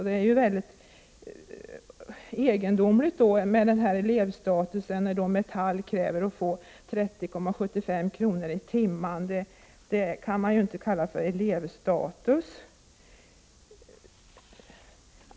Det är också något egendomligt med den s.k. elevstatusen. Metall kräver ju att ersättning skall utgå med 30:75 kr. i timmen. Här kan man inte tala om elevstatus.